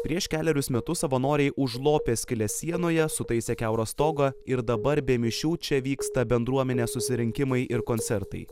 prieš kelerius metus savanoriai užlopė skyles sienoje sutaisė kiaurą stogą ir dabar be mišių čia vyksta bendruomenės susirinkimai ir koncertai